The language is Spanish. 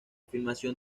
filmación